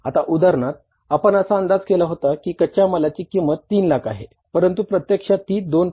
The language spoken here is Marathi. आता उदाहरणार्थ आपण असा अंदाज केला होता की कच्च्या मालाची किंमत 3 लाख आहे परंतु प्रत्यक्षात ती 2